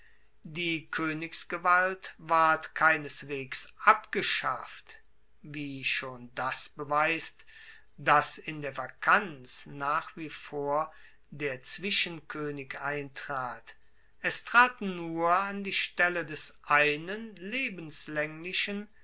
die koenigsgewalt ward keineswegs abgeschafft wie schon das beweist dass in der vakanz nach wie vor der zwischenkoenig eintrat es traten nur an die stelle des einen lebenslaenglichen